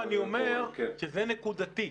אני אומר שזה נקודתי.